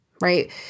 right